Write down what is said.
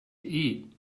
eat